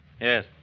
Yes